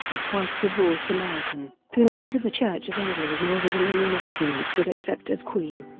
a twice-divorced american, whom neither the church of england nor the dominion governments would accept as queen.